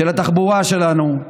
של התחבורה שלנו,